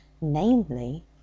namely